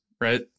right